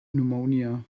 pneumonia